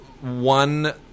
one